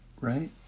right